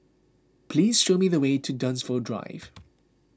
please show me the way to Dunsfold Drive